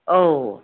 औ